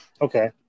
okay